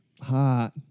hot